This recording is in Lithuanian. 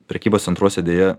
prekybos centruose deja